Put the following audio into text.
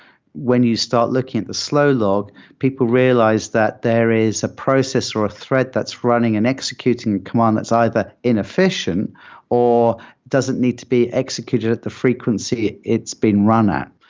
when you start looking at the slow log, people realize that there is a process or a threat that's running and executing a command that's either inefficient or doesn't need to be executed at the frequency it's been run at.